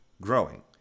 growing